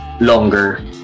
longer